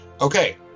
okay